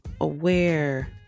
aware